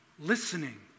Listening